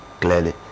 clearly